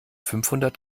fünfhundert